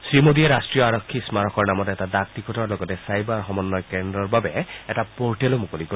শ্ৰীমোডীয়ে ৰট্টীয় আৰক্ষী স্মাৰকৰ নামত এটা ডাক টিকটৰ লগতে ছাইবাৰ সমন্বয় কেন্দ্ৰৰ বাবে এটা পৰ্টেল মুকলি কৰে